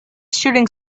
shooting